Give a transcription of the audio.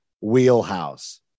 Wheelhouse